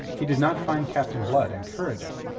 he did not find captain blood encouraging.